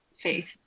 faith